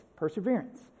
Perseverance